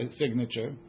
signature